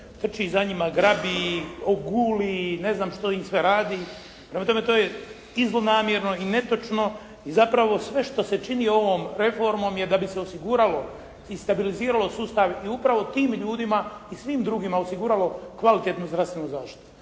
trči za njima, grabi ih, oguli i ne znam što im sve radi. Prema tome, to je i zlonamjerno i netočno. I zapravo sve što se čini ovom reformom je da bi se osiguralo i stabilizirao sustav. I upravo tim ljudima i svima drugima osiguralo kvalitetnu zdravstvenu zaštitu.